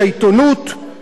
שלטון החוק,